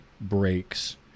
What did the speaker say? breaks